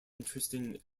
interesting